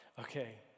Okay